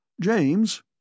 James